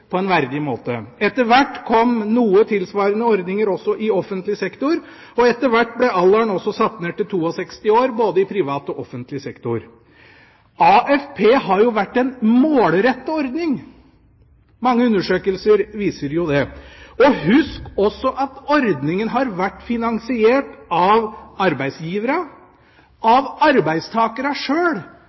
på en verdig måte. Etter hvert kom noen tilsvarende ordninger også i offentlig sektor, og alderen ble satt ned til 62 år både i privat og offentlig sektor. AFP har vært en målrettet ordning. Mange undersøkelser viser jo det. Husk også at ordningen har vært finansiert av arbeidsgiverne og av arbeidstakerne sjøl,